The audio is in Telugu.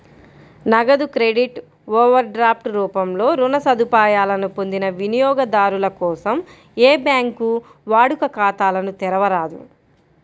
నగదు క్రెడిట్, ఓవర్ డ్రాఫ్ట్ రూపంలో రుణ సదుపాయాలను పొందిన వినియోగదారుల కోసం ఏ బ్యాంకూ వాడుక ఖాతాలను తెరవరాదు